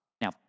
Now